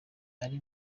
iri